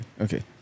Okay